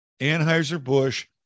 Anheuser-Busch